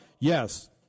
yes